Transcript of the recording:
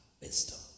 wisdom